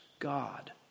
God